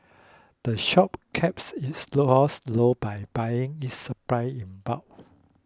the shop keeps its low costs low by buying its supplies in bulk